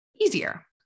easier